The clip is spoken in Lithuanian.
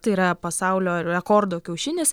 tai yra pasaulio rekordo kiaušinis